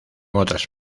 otras